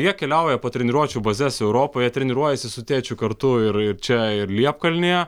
jie keliauja po treniruočių bazes europoje treniruojasi su tėčiu kartu ir ir čia ir liepkalnyje